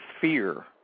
fear